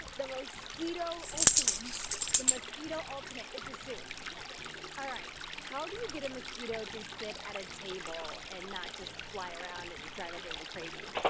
the mosquito ultimate the mosquito ultimate. it's a soup yeah, it's a soup all right. how do you get a mosquito to sit at a table and not just fly around and drive everyone crazy?